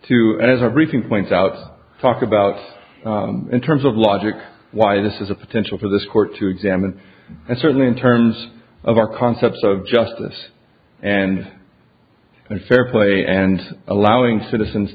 too as a recent point out talk about in terms of logic why this is a potential for this court to examine and certainly in terms of our concepts of justice and and fair play and allowing citizens